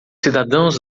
cidadãos